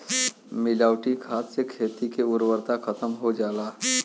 मिलावटी खाद से खेती के उर्वरता खतम हो जाला